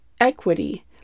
equity